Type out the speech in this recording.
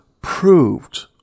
proved